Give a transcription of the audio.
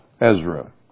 Ezra